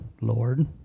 Lord